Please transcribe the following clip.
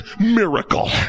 miracle